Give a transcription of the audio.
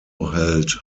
held